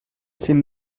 sin